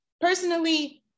personally